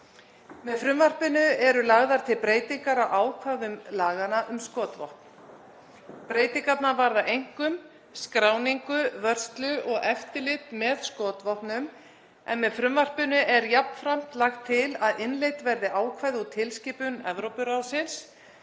Með frumvarpinu eru lagðar til breytingar á ákvæðum laganna um skotvopn. Breytingarnar varða einkum skráningu, vörslu og eftirlit með skotvopnum en með frumvarpinu er jafnframt lagt til að innleidd verði ákvæði úr tilskipun Evrópuþingsins